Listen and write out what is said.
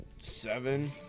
seven